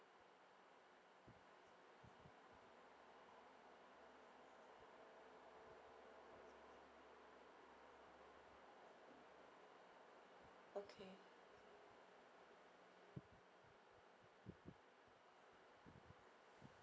okay